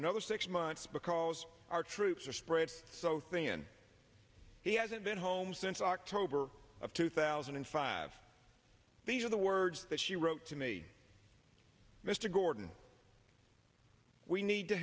another six months because our troops are spread so thin he hasn't been home since october of two thousand and five these are the words that she wrote to me mr gordon we need to